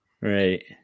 Right